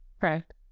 Correct